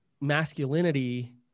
masculinity